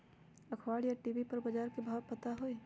अखबार या टी.वी पर बजार के भाव पता होई?